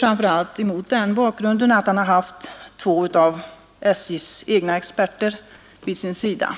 framför allt mot den bakgrunden att han har haft två av SJ:s egna experter vid sin sida.